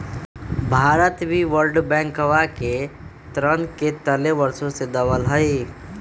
भारत भी वर्ल्ड बैंकवा के ऋण के तले वर्षों से दबल हई